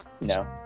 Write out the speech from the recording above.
No